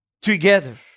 together